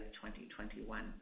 2021